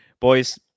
boys